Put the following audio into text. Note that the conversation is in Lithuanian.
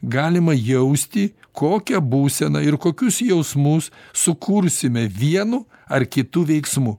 galima jausti kokią būseną ir kokius jausmus sukursime vienu ar kitu veiksmu